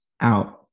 out